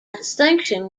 distinction